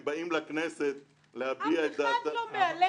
באים לכנסת- - אף אחד לא מהלך אימים.